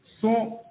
sont